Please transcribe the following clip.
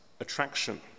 attraction